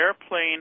airplane